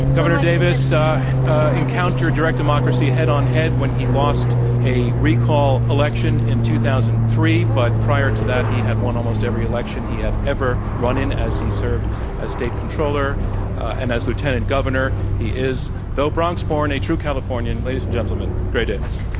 governor davis encountered direct democracy head-on-head when he lost a recall election in two thousand and three, but prior to that he had won almost every election he had ever run in as he served as state controller and as lieutenant governor. he is, though bronx-born, a true californian, ladies and gentlemen, gray davis.